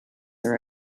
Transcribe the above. are